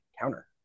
counter